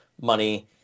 money